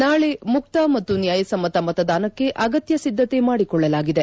ನಾಳೆ ಮುಕ್ತ ಮತ್ತು ನ್ಲಾಯ ಸಮ್ಮತ ಮತದಾನಕ್ಕೆ ಅಗತ್ನ ಸಿದ್ದತೆ ಮಾಡಿಕೊಳ್ಳಲಾಗಿದೆ